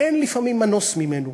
לפעמים אין מנוס ממנו.